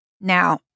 Now